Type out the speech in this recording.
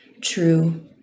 true